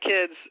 kids